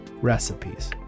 recipes